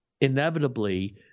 inevitably